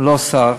ולא שר,